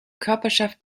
körperschaft